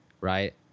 right